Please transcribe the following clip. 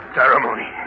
ceremony